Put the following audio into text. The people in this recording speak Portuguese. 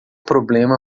problema